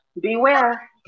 beware